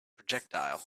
projectile